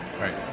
Right